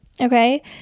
okay